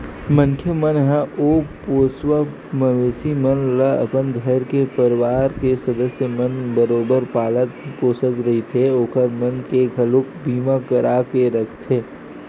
मनखे मन ह ओ पोसवा मवेशी मन ल अपन घर के परवार के सदस्य मन बरोबर पालत पोसत रहिथे ओखर मन के घलोक बीमा करा के रखथे